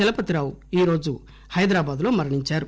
చలపతి రావు ఈరోజు హైదరాబాద్ లో మరణించారు